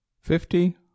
Fifty